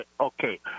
okay